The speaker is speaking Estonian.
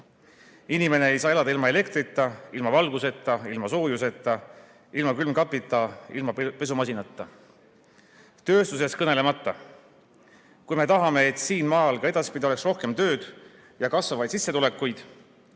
Inimene ei saa elada ilma elektrita, ilma valguseta, ilma soojuseta, ilma külmkapita ega ilma pesumasinata, tööstusest kõnelemata. Kui me tahame, et siin maal ka edaspidi oleks rohkem tööd ja kasvavaid sissetulekuid,